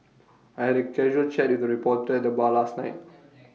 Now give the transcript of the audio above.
I had A casual chat with A reporter at the bar last night